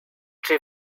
czy